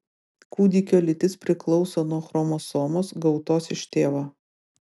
kūdikio lytis priklauso nuo chromosomos gautos iš tėvo